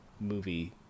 movie